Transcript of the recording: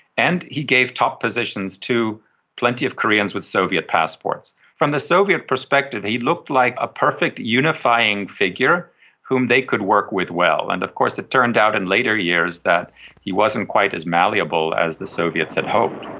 and he gave top positions to plenty of koreans with soviet passports. from the soviet perspective he looked like a perfect unifying figure whom they could work with well. and of course it turned out in later years that he wasn't quite as malleable as the soviets had hoped.